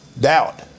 doubt